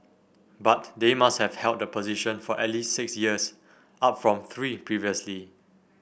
but they must have held the position for at least six years up from three previously